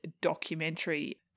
documentary